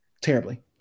terribly